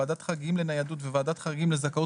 ועדת החריגים לניידות וועדת חריגים לזכאות